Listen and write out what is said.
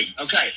Okay